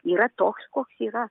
yra toks koks yra